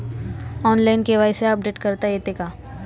Online KYC update करता येते का?